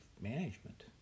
management